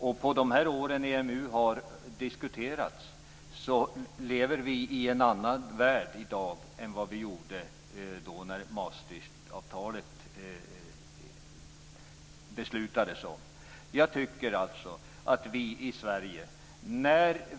De år som gått medan EMU har diskuterats gör att vi i dag lever i en annan värld än vad vi gjorde när man beslutade om Maastrichtavtalet.